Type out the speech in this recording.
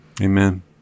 Amen